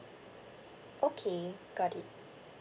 okay got it